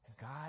God